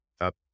up